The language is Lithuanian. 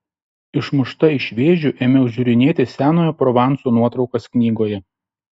išmušta iš vėžių ėmiau žiūrinėti senojo provanso nuotraukas knygoje